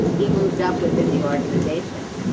he moved up within the organization,